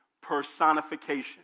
personification